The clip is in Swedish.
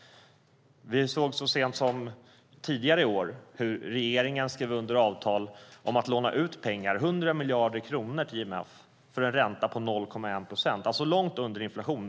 Vi såg så sent som tidigare i år hur regeringen skrev under avtal om att låna ut pengar, 100 miljarder kronor, till IMF för en ränta på 0,1 procent, alltså långt under inflation.